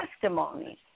testimony